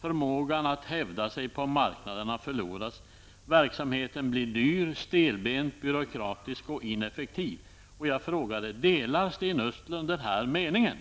Förmågan att hävda sig på marknaderna går förlorad. Dessutom blir verksamheten dyr, stelbent, byråkratisk och ineffektiv. Jag frågade om Sten Östlund delar denna uppfattning, och